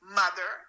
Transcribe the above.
mother